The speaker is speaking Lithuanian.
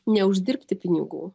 ne uždirbti pinigų